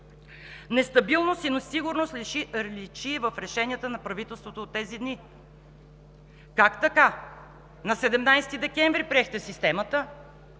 Нестабилност и несигурност личи и в решенията на правителството от тези дни. Как така на 17 декември приехте системата